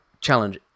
challenge